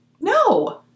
No